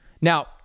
Now